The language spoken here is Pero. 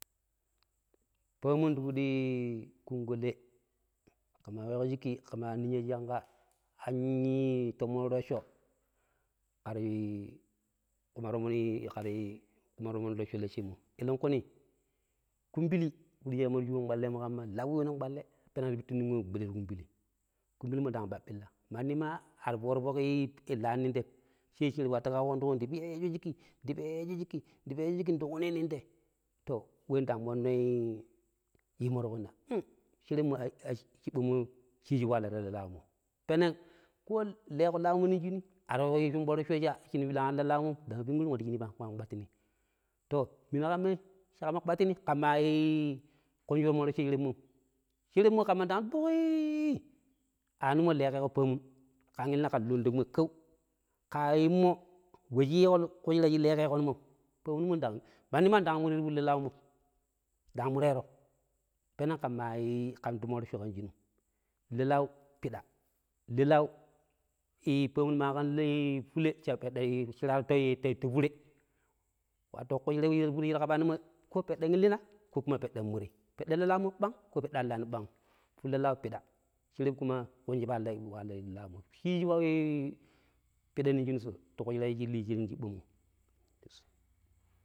﻿Paamun ti fudi kunku le ƙe maa weeƙo shikki ƙe maa ninya shi an tomon rocco ƙerai kuma tomon ii kera ƙuma rocco laacemmo eleƙuni kumbili fuɗi shi kamma ta shubun kpalleemu ƙamma lauwiu nong kpalle peneng ta pittun nong we gbude ti kumbili kumbilimo ndang baɓɓilla mandi maa ar fooru foƙ laani nong tem she sherep wattu ƙawuƙon ti ƙui ndi peejo shikki, ndi peejo shikki, ndi ƙuni nong te to ndang monno yimo tukuit to sherepmo ciɓɓaame shiiji walla ta le laaumo, peneng ƙo leeƙo laaumo nong shinui ar wa wu shomɓan roccoi cha shinu birang ar la laaumom dang pinkunru ndang wattu shini pang ta toom kpattini, to, minu ƙammai shi ƙamma kpattini ƙamma ii ƙunji rocco sherepmom, sherepmo ƙamma dang tuƙu-i-i a aunumo leeƙeeƙo paamun ƙe illina ƙen luun ta kumoi ƙu kaaƙ ƙa yimmo we shi yiiƙo kushira shi leeƙeeƙonmom paamummo ndang mandi ma dang murero ti fudi le laaumo dang mureero peneng ƙamma i-ip ƙan tomon rocco ƙan shinum. Le laau piɗa, le laau ii paamun ma ii lei fule peɗɗoi i shiraaro ta fure, wato ƙushura shira ƙapanimmo ko teɗɗe illina ko kuma teɗɗen muri, teɗɗe ta nla laaumo bang ko ƙuma teɗɗe ar laani ɓangm, fudi la laau piɗa sharep kuma ƙunji wala-walai laaumo shilji piɗa nong tuƙushira shi liijin cibaamo.